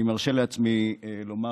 אני מרשה לעצמי לומר,